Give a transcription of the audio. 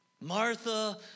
Martha